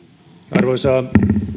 arvoisa